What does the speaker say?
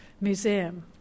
museum